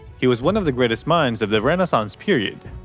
he was one of the greatest minds of the renaissance period,